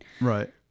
Right